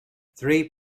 three